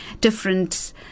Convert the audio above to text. different